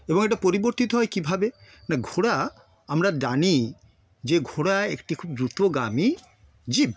এবং এটা পরিবর্তিত হয় কীভাবে না ঘোড়া আমরা জানি যে ঘোড়া একটি খুব দ্রুতগামী জীব